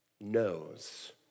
knows